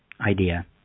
idea